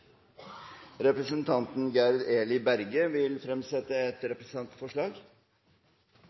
Representanten Gerd Eli Berge vil fremsette et representantforslag.